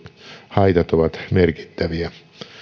haitat ovat merkittäviä